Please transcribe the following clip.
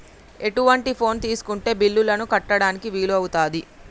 ఎటువంటి ఫోన్ తీసుకుంటే బిల్లులను కట్టడానికి వీలవుతది?